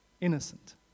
innocent